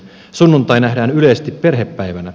sunnuntai nähdään yleisesti perhepäivänä